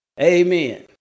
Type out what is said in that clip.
Amen